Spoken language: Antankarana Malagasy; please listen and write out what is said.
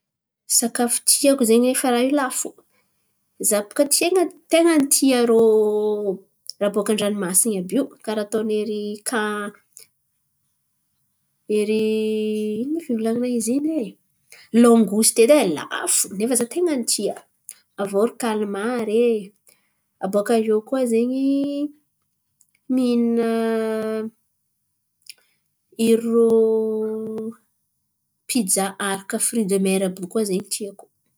Sakafo tiako zen̈y nefa raha io lafo, za baka tia ten̈a ny tia irô raha boaka andranomasin̈y àby io karà ataon'iry ka- iry ino ma fivolan̈ana izy iny e? Langosity edy e lafo nefa za ten̈a ny tia. Aviô iry kalamary e. Abôkaiô koa zen̈y, mihinana irô pijà aharaka fry de mera àby io koa zen̈y tiako.